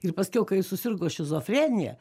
ir paskiau kai susirgo šizofrenija